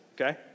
okay